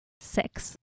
Six